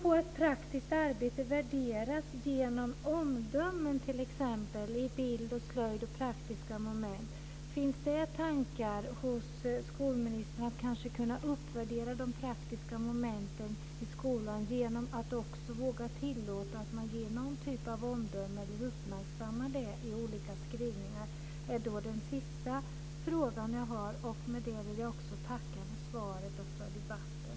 Man kan t.ex. genom omdömen i bild, slöjd och praktiska moment visa att praktiskt arbete har ett värde. Har skolministern tankar på att i olika skrivningar tillåta någon typ av omdömen för att uppmärksamma och uppvärdera de praktiska momenten i skolan? Det är min sista fråga. Med detta vill jag tacka för svaret och för debatten.